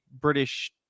British